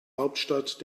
hauptstadt